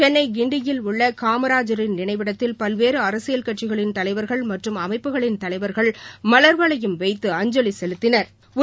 சென்னை கிண்டியில் உள்ள காமராஜரின் நினைவிடத்தில் பல்வேறு அரசியல் கட்சிகளின் தலைவா்கள் மற்றம் அமைப்புகளின் தலைவா்கள் மலா்வளையம் வைத்து அஞ்சவி செலுத்தினா்